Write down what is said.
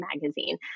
magazine